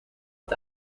het